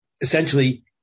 essentially